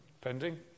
Pending